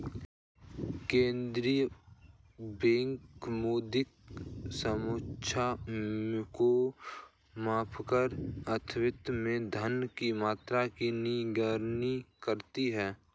केंद्रीय बैंक मौद्रिक समुच्चय को मापकर अर्थव्यवस्था में धन की मात्रा की निगरानी करते हैं